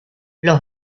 los